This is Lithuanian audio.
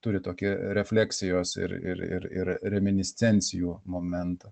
turi tokį refleksijos ir ir ir ir reminiscencijų momentą